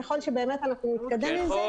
ככל שנתקדם עם זה.